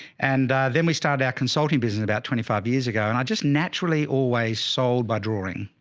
and then we started our consulting business about twenty five years ago and i just naturally always sold by drawing.